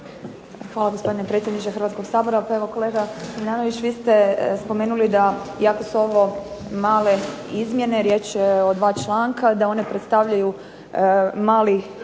Hvala, gospodine predsjedniče Hrvatskoga sabora. Pa evo kolega Tomljanović, vi ste spomenuli da iako su ovo male izmjene, riječ je o dva članka, da one predstavljaju mali